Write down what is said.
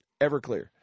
Everclear